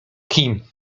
kim